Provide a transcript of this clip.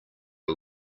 are